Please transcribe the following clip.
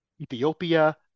Ethiopia